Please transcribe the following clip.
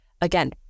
Again